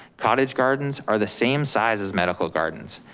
cottage gardens are the same size as medical gardens,